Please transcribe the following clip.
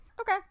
Okay